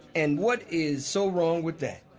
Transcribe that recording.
and what is so wrong with that?